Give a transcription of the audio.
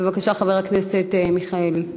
בבקשה, חבר הכנסת מיכאלי.